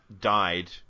died